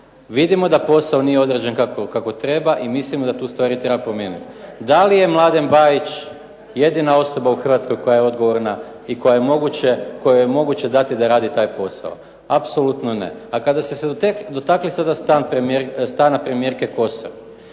vidimo da posao nije odrađen kako treba i mislimo da tu stvari treba promijeniti. Da li je Mladen Bajić jedina osoba u Hrvatskoj koja je odgovorna i kojoj je moguće dati da radi taj posao, apsolutno ne. A kada ste dotakli sada stana premijerke Kosor,